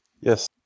Yes